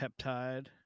peptide